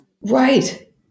Right